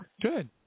Good